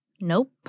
Nope